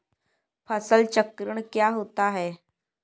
फसल चक्रण क्या होता है?